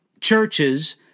churches